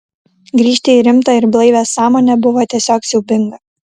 grįžti į rimtą ir blaivią sąmonę buvo tiesiog siaubinga